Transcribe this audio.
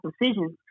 decisions